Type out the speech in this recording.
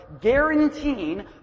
guaranteeing